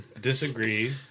Disagree